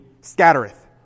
scattereth